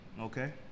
Okay